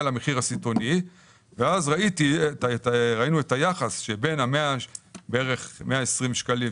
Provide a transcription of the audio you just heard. למחיר הסיטונאי ואז ראינו את היחס שבין בערך 120 שקלים,